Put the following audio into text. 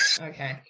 Okay